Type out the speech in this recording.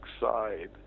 side